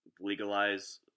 legalize